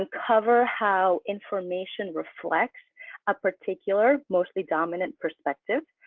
uncover how information reflects a particular, mostly dominant perspective.